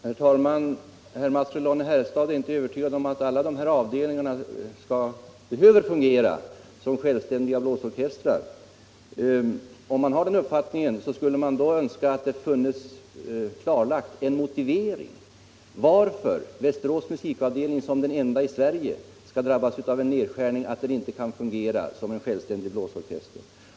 Herr talman! Herr Mattsson i Lane-Herrestad är inte övertygad om att alla de här avdelningarna behöver fungera som självständiga blåsorkestrar. Om man har den uppfattningen vore det önskvärt om det funnes en klarläggande motivering till varför Västerås musikavdelning som den enda i Sverige skall drabbas av en nedskärning så att den inte kan fungera som självständig blåsorkester.